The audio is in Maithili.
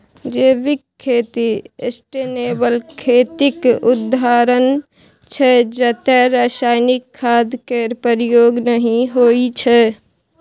जैविक खेती सस्टेनेबल खेतीक उदाहरण छै जतय रासायनिक खाद केर प्रयोग नहि होइ छै